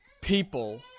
people